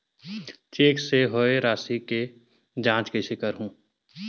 Cheque से होए राशि के जांच कइसे करहु?